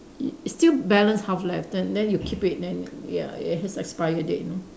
it it still balance half left then then you keep it then ya it has expired date you know